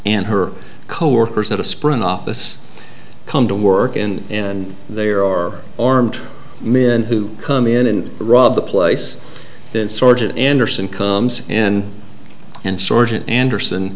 and her coworkers at a sprint office come to work in and there are armed men who come in and rob the place that sergeant anderson comes in and sorted anderson